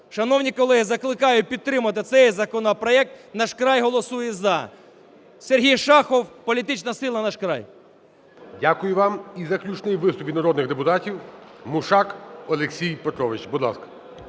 Шановні колеги! Закликаю підтримати цей законопроект. "Наш край" голосує – за. Сергій Шахов, політична сила "Наш край". ГОЛОВУЮЧИЙ. Дякую вам. І заключний виступ від народних депутатів, Мушак Олексій Петрович, будь ласка.